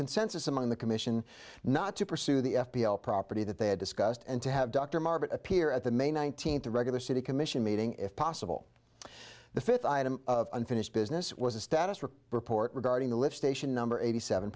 consensus among the commission not to pursue the f b i property that they had discussed and to have dr margaret appear at the may nineteenth a regular city commission meeting if possible the fifth item of unfinished business was a status report regarding the lift station number eighty seven